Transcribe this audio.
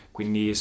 Quindi